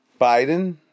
Biden